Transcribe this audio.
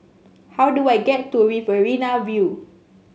how do I get to Riverina View